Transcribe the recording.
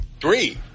Three